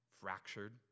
fractured